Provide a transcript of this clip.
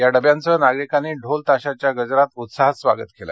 या डब्यांचं नागरिकांनी ढोल ताशाच्या गजरात उत्साहात स्वागत केलं